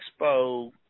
Expo